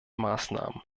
maßnahmen